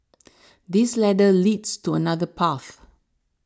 this ladder leads to another path